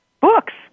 books